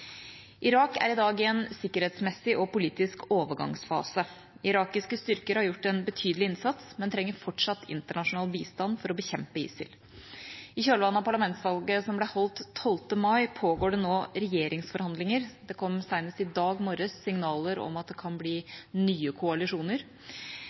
Irak er i dag i en sikkerhetsmessig og politisk overgangsfase. Irakiske styrker har gjort en betydelig innsats, men trenger fortsatt internasjonal bistand for å bekjempe ISIL. I kjølvannet av parlamentsvalget som ble holdt 12. mai, pågår det nå regjeringsforhandlinger. Det kom senest i dag morges signaler om at det kan bli